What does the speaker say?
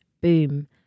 Boom